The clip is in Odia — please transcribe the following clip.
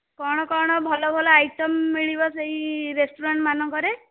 କ'ଣ କ'ଣ ଭଲ ଭଲ ଆଇଟମ୍ ମିଳିବ ସେଇ ରେଷ୍ଟୁରାଣ୍ଟ୍ମାନଙ୍କରେ